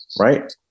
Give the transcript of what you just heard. right